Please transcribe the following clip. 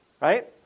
right